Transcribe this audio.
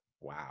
Wow